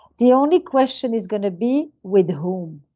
the only question is going to be with whom.